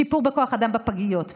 שיפור בכוח אדם בפגיות,